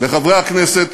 לחברי הכנסת.